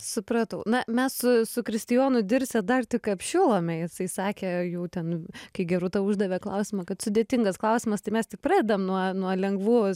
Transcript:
supratau na mes su su kristijonu dirse dar tik apšilome jisai sakė jau ten kai gerūta uždavė klausimą kad sudėtingas klausimas tai mes tik pradedam nuo nuo lengvų